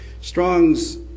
Strong's